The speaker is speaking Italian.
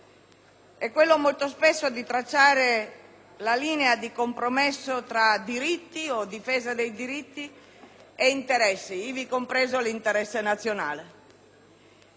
è quello molto spesso di tracciare la linea di compromesso tra diritti, o difesa dei diritti, ed interessi, ivi compreso l'interesse nazionale.